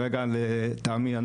לטעמי,